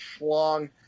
schlong